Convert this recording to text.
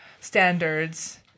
standards